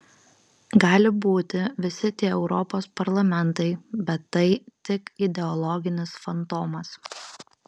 gali būti visi tie europos parlamentai bet tai tik ideologinis fantomas